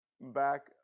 back